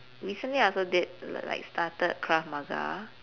recently I also did like started krav maga